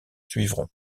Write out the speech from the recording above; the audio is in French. suivront